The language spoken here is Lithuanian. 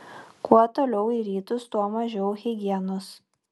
kuo toliau į rytus tuo mažiau higienos